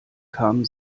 kamen